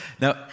Now